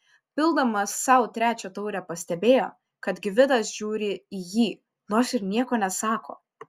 pildamas sau trečią taurę pastebėjo kad gvidas žiūri į jį nors ir nieko nesako